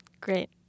Great